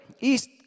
east